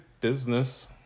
business